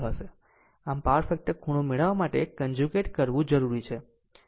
આમ power factor ખૂણો મેળવવા માટે કન્જુગેટ કરવું જરૂરી છે